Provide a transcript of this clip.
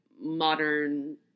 modern